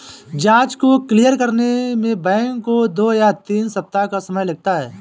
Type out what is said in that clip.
जाँच को क्लियर करने में बैंकों को दो या तीन सप्ताह का समय लगता है